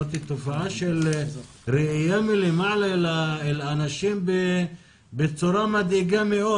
זאת תופעה של ראייה מלמעלה את האנשים בצורה מדאיגה מאוד.